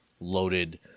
loaded